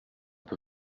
peu